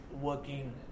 working